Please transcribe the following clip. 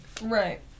right